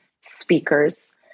speakers